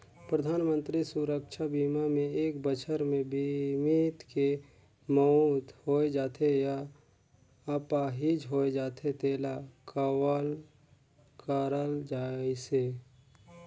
परधानमंतरी सुरक्छा बीमा मे एक बछर मे बीमित के मउत होय जाथे य आपाहिज होए जाथे तेला कवर करल गइसे